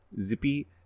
Zippy